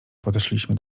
podeszliśmy